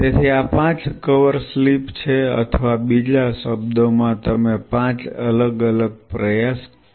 તેથી આ પાંચ કવર સ્લિપ છે અથવા બીજા શબ્દોમાં તમે 5 અલગ અલગ પ્રયાસ કહી શકો છો